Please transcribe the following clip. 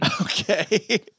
Okay